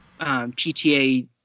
pta